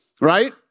right